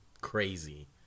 crazy